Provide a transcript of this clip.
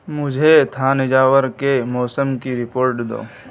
مجھے تھانجاور کے موسم کی رپورٹ دو